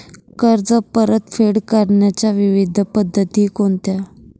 कर्ज परतफेड करण्याच्या विविध पद्धती कोणत्या?